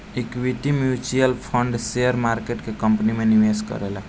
equity mutual fund share market के company में निवेश करेला